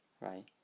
Right